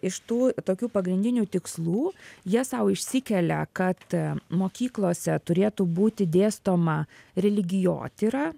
iš tų tokių pagrindinių tikslų jie sau išsikelia kad mokyklose turėtų būti dėstoma religijotyra